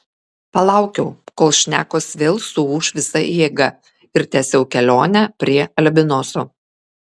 palaukiau kol šnekos vėl suūš visa jėga ir tęsiau kelionę prie albinoso